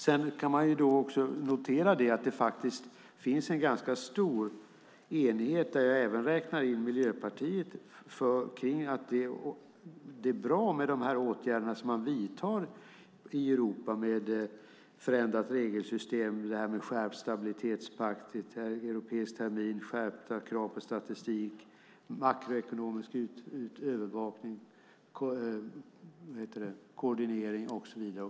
Sedan kan man också notera att det faktiskt finns en ganska stor enighet, där jag även räknar in Miljöpartiet, om att det är bra med de åtgärder man vidtar i Europa - förändrat regelsystem, skärpt stabilitetspakt, en europeisk termin, skärpta krav på statistik, makroekonomisk övervakning och koordinering och så vidare.